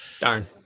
Darn